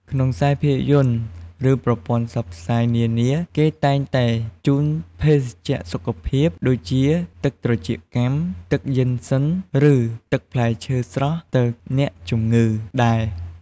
ក្នុងខ្សែភាពយន្ត ឬ ប្រព័ន្ធផ្សព្វផ្សាយនានា គេតែងតែជូនភេសជ្ជៈសុខភាព ដូចជាទឹកត្រចៀកកាំ ទឹកយុិនសិន ឬ ទឹកផ្លែឈើស្រស់ទៅអ្នកជំងឺដែរ។